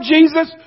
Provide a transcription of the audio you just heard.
Jesus